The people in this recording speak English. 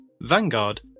Vanguard